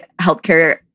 healthcare